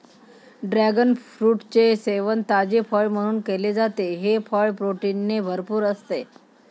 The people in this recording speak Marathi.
ड्रॅगन फ्रूटचे सेवन ताजे फळ म्हणून केले जाते, हे फळ प्रोटीनने भरपूर असते